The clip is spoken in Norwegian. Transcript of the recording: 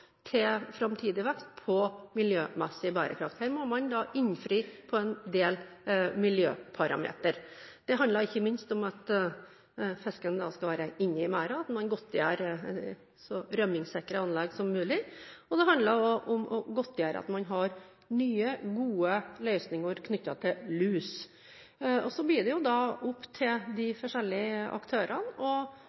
til framtidig vekst på miljømessig bærekraft. Her må man innfri på en del miljøparametrer. Det handler ikke minst om at fisken skal være inni merden, at man godtgjør så rømningssikre anlegg som mulig, og at man godtgjør at man har nye, gode løsninger knyttet til lus. Så blir det opp til de forskjellige aktørene